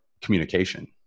communication